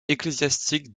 ecclésiastique